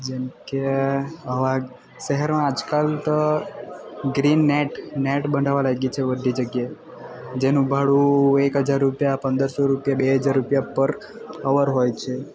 જેમકે હવે શહેરમાં આજકાલ તો ગ્રીન નેટ નેટ બંધાવા લાગી છે બધી જગ્યાએ જેનું ભાડું એક હજાર રૂપિયા પંદરસો રૂપિયા બે હજાર રૂપિયા પર અવર હોય છે